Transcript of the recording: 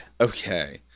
Okay